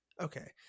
Okay